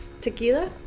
tequila